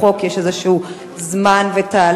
כי לחוק יש איזה זמן ותהליך,